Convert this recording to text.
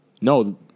No